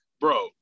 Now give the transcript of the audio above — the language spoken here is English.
Bro